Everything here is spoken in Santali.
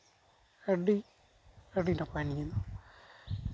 ᱟᱹᱰᱤ ᱟᱹᱰᱤ ᱱᱟᱯᱟᱭ ᱱᱤᱭᱟᱹ ᱫᱚ